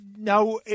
Now